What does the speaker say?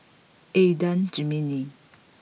Adan Jimenez